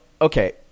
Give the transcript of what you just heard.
okay